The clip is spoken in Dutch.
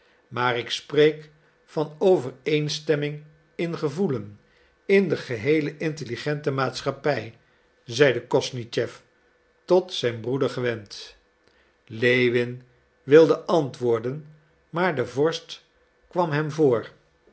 maar ik spreek van overeenstemming in gevoelen in de geheele intelligente maatschappij zeide kosnischew tot zijn broeder gewend lewin wilde antwoorden maar de vorst kwam hem voor